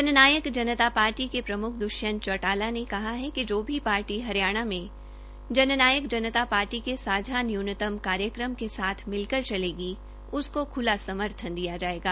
जन नायक पार्टी के प्रमुख दृष्यंत चौटाला ने कहा है कि जो भी पार्टी हरियाणा में जननायक जनता पार्टी के सांझा न्यनूतम कार्यक्रम के साथ मिलकर चलेगी उसको समर्थन दिया जायेगा